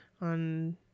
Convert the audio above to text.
on